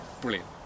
Brilliant